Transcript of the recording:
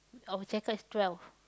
our check-out is twelve